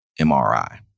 MRI